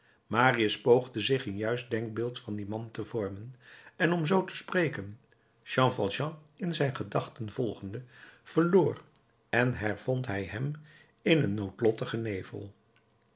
marius poogde zich een juist denkbeeld van dien man te vormen en om zoo te spreken jean valjean in zijn gedachten vervolgende verloor en hervond hij hem in een noodlottigen nevel